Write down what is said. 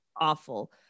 awful